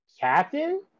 Captain